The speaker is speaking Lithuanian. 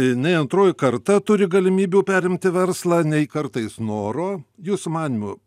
nei antroji karta turi galimybių perimti verslą nei kartais noro jūsų manymu